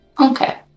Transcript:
okay